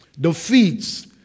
defeats